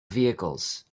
vehicles